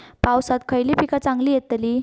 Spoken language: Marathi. पावसात खयली पीका चांगली येतली?